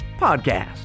podcast